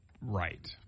Right